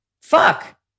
fuck